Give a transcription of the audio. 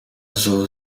zullen